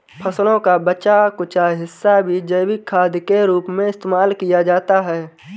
फसलों का बचा कूचा हिस्सा भी जैविक खाद के रूप में इस्तेमाल किया जाता है